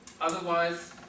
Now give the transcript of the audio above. otherwise